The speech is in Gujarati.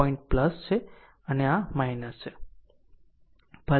પોઇન્ટ છે અને આ r છે